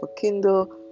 Kindle